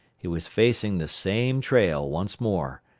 he was facing the same trail once more,